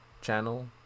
channel